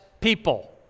people